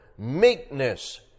meekness